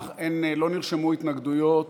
לא נרשמו התנגדויות.